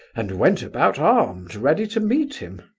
and went about armed ready to meet him.